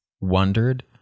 wondered